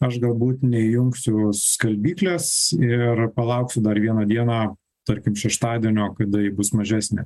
aš galbūt neįjungsiu skalbyklės ir palauksiu dar vieną dieną tarkim šeštadienio kada ji bus mažesnė